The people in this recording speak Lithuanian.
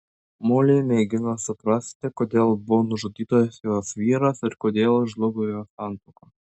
molė mėgino suprasti kodėl buvo nužudytas jos vyras ir kodėl žlugo jos santuoka